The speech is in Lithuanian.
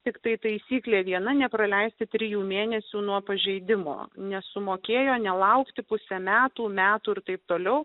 tiktai taisyklė viena nepraleisti trijų mėnesių nuo pažeidimo nesumokėjo nelaukti pusę metų metų ir taip toliau